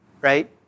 Right